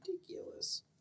ridiculous